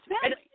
family